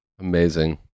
amazing